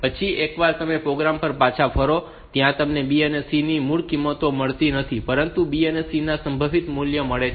પછી એકવાર તમે પ્રોગ્રામ પર પાછા ફરો ત્યારે તમને B અને C ની મૂળ કિંમતો મળતી નથી પરંતુ તમને B અને C ના સંશોધિત મૂલ્યો મળે છે